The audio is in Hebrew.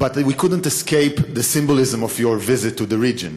זה כבוד גדול לארח אותך כאן בישראל,